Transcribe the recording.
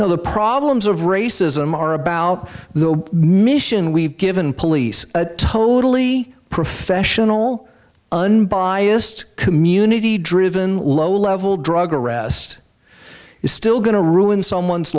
no the problems of racism are about the mission we've given police a totally professional unbiased community driven low level drug arrest is still going to ruin someone's